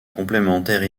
complémentaires